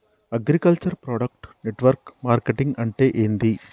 Agriculture product network marketing అంటే ఏంది?